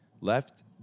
left